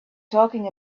talking